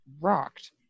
rocked